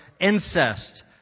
incest